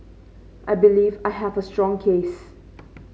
I believe I have a strong case